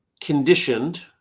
conditioned